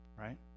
right